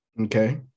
Okay